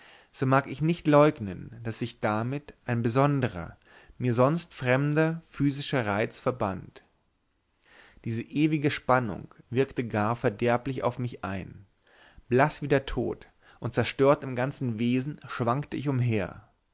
so mag ich nicht leugnen daß sich damit ein besonderer mir sonst fremder physischer reiz verband diese ewige spannung wirkte gar verderblich auf mich ein blaß wie der tod und zerstört im ganzen wesen schwankte ich umher